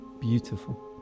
beautiful